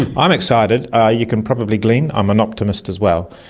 and i'm excited, ah you can probably glean. i'm an optimist as well,